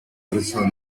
persona